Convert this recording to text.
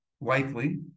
likely